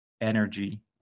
energy